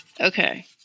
Okay